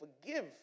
forgive